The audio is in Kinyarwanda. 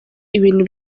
ibintu